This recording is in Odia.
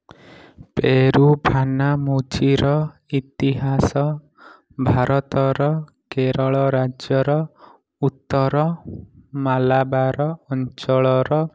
ପେରୁଭାନାମୁଝିର ଇତିହାସ ଭାରତର କେରଳ ରାଜ୍ୟର ଉତ୍ତର ମାଲାବାର ଅଞ୍ଚଳର